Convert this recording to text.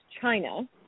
China